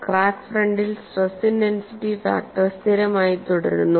crack ഫ്രണ്ടിൽ stress intensity factor സ്ഥിരമായി തുടരുന്നു